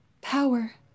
power